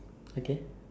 okay